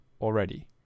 already